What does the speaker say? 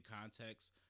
context